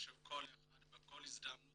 בכל הזדמנות